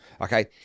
Okay